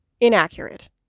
inaccurate